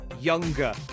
Younger